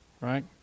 right